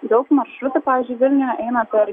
daug maršrutų pavyzdžiui vilniuje eina per